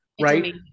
Right